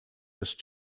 just